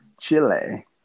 Chile